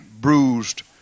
bruised